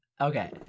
Okay